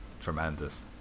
tremendous